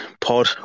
pod